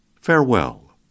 Farewell